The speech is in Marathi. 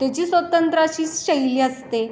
त्याची स्वतंत्र अशी शैली असते